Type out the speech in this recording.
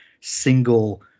single